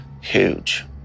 huge